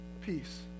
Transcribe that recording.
Peace